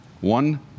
One